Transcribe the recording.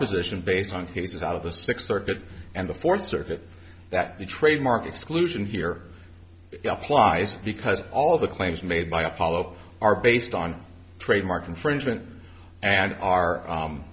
position based on cases out of the sixth circuit and the fourth circuit that the trademark exclusion here plies because all the claims made by apollo are based on trademark infringement and